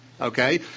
okay